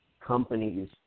companies